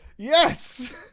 Yes